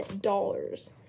dollars